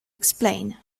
explain